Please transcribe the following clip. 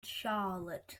charlotte